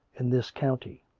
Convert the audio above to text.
in this county.